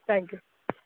thank you